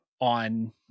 on